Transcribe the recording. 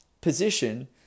position